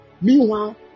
Meanwhile